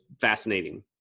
fascinating